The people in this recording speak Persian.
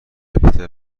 پیتر